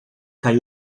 caiu